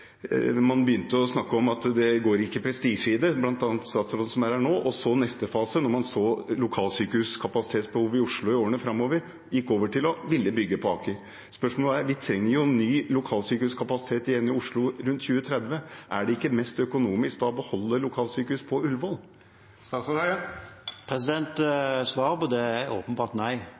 det – bl.a. statsråden som er her nå. Og i neste fase, da man så lokalsykehuskapasitetsbehovet i Oslo i årene framover, gikk man over til å ville bygge på Aker. Spørsmålet er: Vi trenger jo ny lokalsykehuskapasitet igjen i Oslo rundt 2030, er det ikke da mest økonomisk å beholde lokalsykehus på Ullevål? Svaret på det er åpenbart nei,